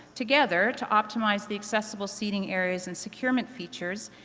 together, to optimize the accessible seating areas and securement features.